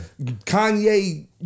Kanye